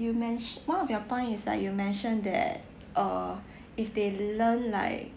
you mentio~ one of your point is like you mentioned that uh if they learn like